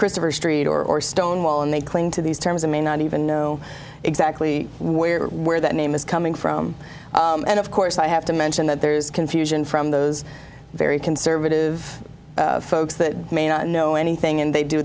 christopher street or stone wall and they cling to these terms of may not even know exactly where where that name is coming from and of course i have to mention that there's confusion from those very conservative folks that may not know anything and they do